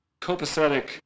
copacetic